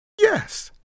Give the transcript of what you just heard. Yes